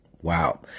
Wow